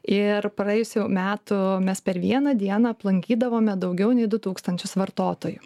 ir praėjusių metų mes per vieną dieną aplankydavome daugiau nei du tūkstančius vartotojų